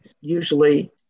usually